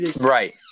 Right